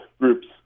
groups